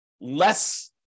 less